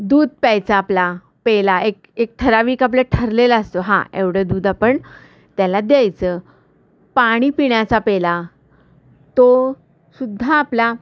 दूध प्यायचा आपला पेला एक एक ठराविक आपलं ठरलेला असतो हां एवढं दूध आपण त्याला द्यायचं पाणी पिण्याचा पेला तो सुद्धा आपला